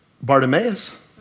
Bartimaeus